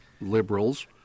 liberals